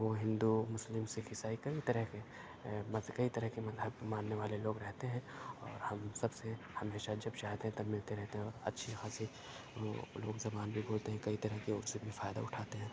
وہ ہندو مسلم سکھ عیسائی کئی طرح کے کئی طرح کے مذہب کے ماننے والے لوگ رہتے ہیں اور ہم سب سے ہمیشہ جب چاہتے ہیں تب ملتے رہتے ہیں اور اچھی خاصی وہ لوگ زبان بھی بولتے ہیں کئی طرح کے اس سے بھی فائدہ اٹھاتے ہیں